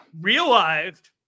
Realized